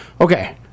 Okay